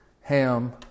Ham